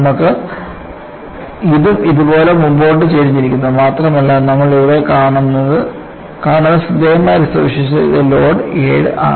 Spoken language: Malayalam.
നമുക്ക് ഇതും ഇതുപോലെ മുന്നോട്ട് ചരിഞ്ഞിരിക്കുന്നു മാത്രമല്ല നമ്മൾ ഇവിടെ കാണുന്ന ശ്രദ്ധേയമായ ഒരു സവിശേഷത ഇത് ലോഡ് 7 നാണ്